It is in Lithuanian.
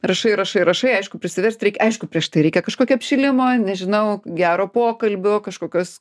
rašai rašai rašai aišku prisiversti reikia aišku prieš tai reikia kažkokio apšilimo nežinau gero pokalbio kažkokios